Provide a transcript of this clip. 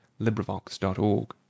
Librivox.org